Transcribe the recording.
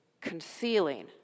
concealing